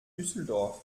düsseldorf